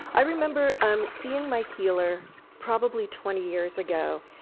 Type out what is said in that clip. i remember um seeing my healer probably twenty years ago,